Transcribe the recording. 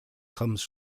comes